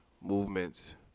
movements